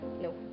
No